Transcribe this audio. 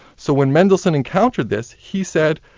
so when mendelssohn encountered this, he said,